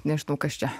nežinau kas čia